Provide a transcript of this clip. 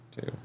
two